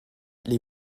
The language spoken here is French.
les